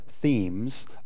themes